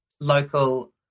local